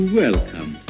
welcome